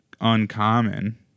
uncommon